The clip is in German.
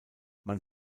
man